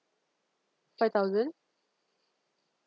five thousand